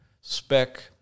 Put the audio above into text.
spec –